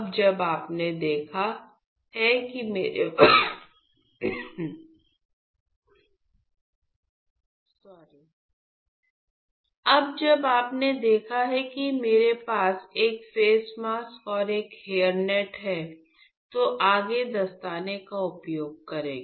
अब जब आपने देखा है कि मेरे पास एक फेस मास्क और एक हेयरनेट है तो आगे दस्ताने का उपयोग करें